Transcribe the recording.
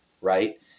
Right